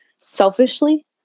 selfishly